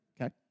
okay